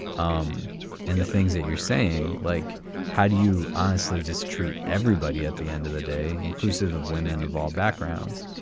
um and the things that you're saying, like how do you honestly just treat everybody at the end of the day inclusive of women of all backgrounds.